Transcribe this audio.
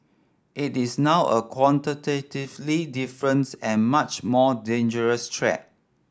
it is now a qualitatively difference and much more dangerous threat